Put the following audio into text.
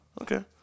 okay